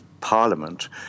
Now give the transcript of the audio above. Parliament